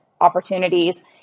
opportunities